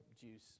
juice